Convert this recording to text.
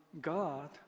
God